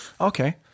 Okay